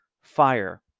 fire